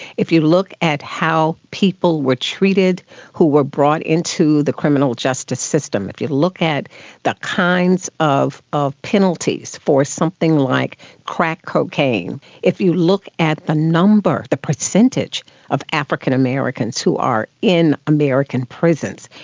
if you look at how people were treated who were brought into the criminal justice system, if you look at the kinds of of penalties for something like crack cocaine, if you look at the number, the percentage of african americans who are in american prisons,